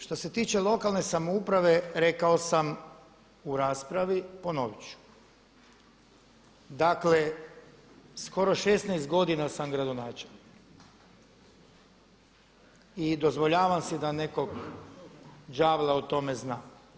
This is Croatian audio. Što se tiče lokalne samouprave rekao sam u raspravi ponovit ću, dakle skoro 16 godina sam gradonačelnik i dozvoljavam si da nekog đavla o tome znam.